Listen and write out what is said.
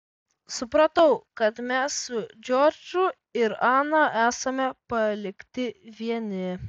supratau kad mes su džordžu ir ana esame palikti vieni